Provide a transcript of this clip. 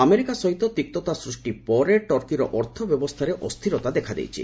America ସହ ତିକ୍ତତା ସୃଷ୍ଟି ପରେ ଟର୍କୀର ଅର୍ଥବ୍ୟବସ୍ଥାରେ ଅସ୍ଥିରତା ଦେଖାଦେଇଛି